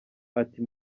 ati